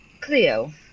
Cleo